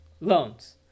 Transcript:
Loans